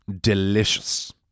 delicious